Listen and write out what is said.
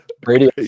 Brady